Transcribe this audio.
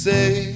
say